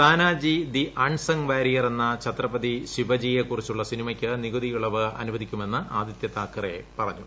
Tanaji the unsung warrior എന്ന ഛത്രപതി ശിവജിയെ കുറിച്ചുള്ള സിനിമയ്ക്ക് നികുതിക്കുള്ളവ് അനുവദിക്കുമെന്ന് ആദിത്യ താക്കറെ പറഞ്ഞു